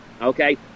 okay